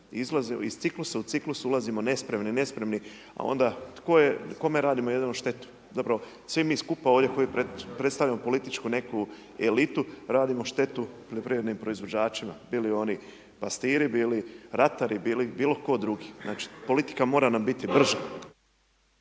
Izlazimo iz ciklusa u ciklus, ulazimo nespremni, a onda kome radimo jedino štetu, zapravo svi mi skupa ovdje koji predstavljamo političku neku elitu, radimo štetu poljoprivrednim proizvođačima bili oni pastiri, bili ratari, bili bilo tko drugi, znači politika mora nam biti brža.